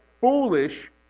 foolish